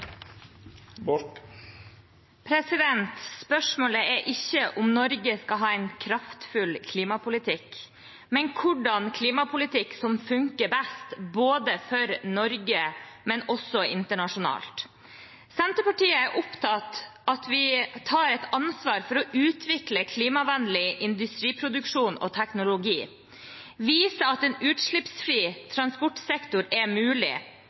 avslutta. Spørsmålet er ikke om Norge skal ha en kraftfull klimapolitikk, men hva slags klimapolitikk som fungerer best, både for Norge og internasjonalt. Senterpartiet er opptatt av at vi tar et ansvar for å utvikle klimavennlig industriproduksjon og teknologi, vise at en utslippsfri transportsektor er mulig,